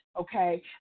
okay